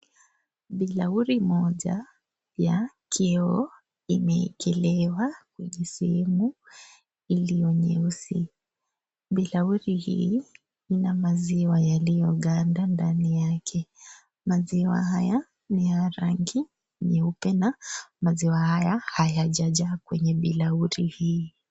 Bilauri moja ya kioo imewekelewa sehemu iliyo nyeusi. Bilauri hii, ina maziwa yaliyoganda ndani yake. Maziwa haya, ni ya rangi nyeupe na maziwa haya, hayajajaa kwenye bilauri hii.